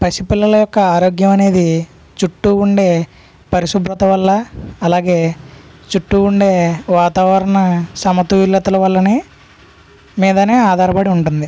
పసిపిల్లల యొక్క ఆరోగ్యం అనేది చుట్టు ఉండే పరిశుభ్రత వల్ల అలాగే చుట్టు ఉండే వాతావరణ సమతుల్యత వల్ల మీద ఆధారపడి ఉంటుంది